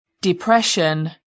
depression